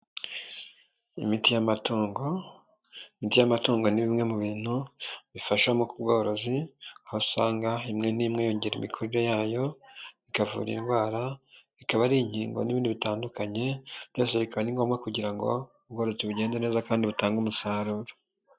Imiti y'amatongo, imiti y'amatungo ni bimwe mu bintu bifashamo ubworozi, aho usanga imwe n'imwe yongera imikurire yayo, ikavura indwara, ikaba ari inkingo n'ibindi bitandukanye byose bikaba ari ngombwa kugira ngo ubworotsi bugende neza kandi butange umusaruro.